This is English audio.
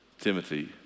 Timothy